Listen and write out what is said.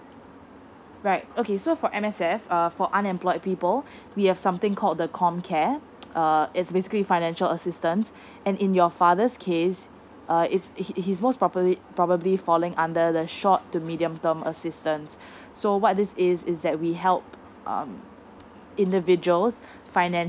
right okay so for M_S_F uh for unemployed people we have something called the com care uh it's basically financial assistance and in your father's case uh his his most probab~ probably falling under the short to medium term assistance so what this is is that we help um individuals